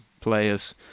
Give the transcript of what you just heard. players